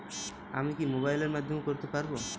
আমি কি মোবাইলের মাধ্যমে করতে পারব?